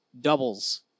Doubles